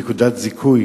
בנקודת זיכוי